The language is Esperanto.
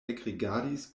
ekrigardis